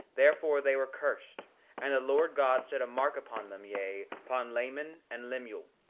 therefore they were cursed and the lord god set a mark upon them, yea, upon laman and lemuel,